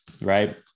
right